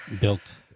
built